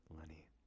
Lenny